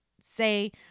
say